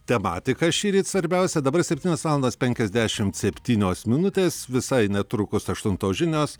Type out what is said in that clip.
tematika šįryt svarbiausia dabar septynios valandos penkiasdešimt septynios minutės visai netrukus aštuntos žinios